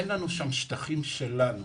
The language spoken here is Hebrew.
אין לנו שם שטחים שלנו.